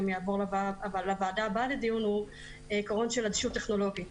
יעבור לוועדה הבאה לדיון הוא עיקרון של אדישות טכנולוגית.